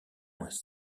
moins